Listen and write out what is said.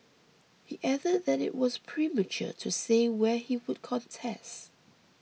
he added that it was premature to say where he would contest